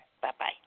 Bye-bye